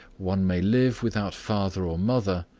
one may live without father or mother,